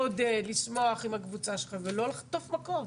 לעודד, לשמוח עם הקבוצה שלך ולא לחטוף מכות.